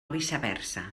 viceversa